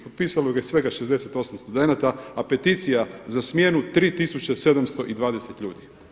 Potpisalo ga je svega 68 studenata, a peticija za smjenu 3720 ljudi.